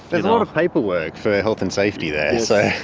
but lot of paperwork for health and safety there.